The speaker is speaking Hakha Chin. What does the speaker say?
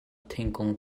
thingkung